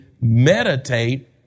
meditate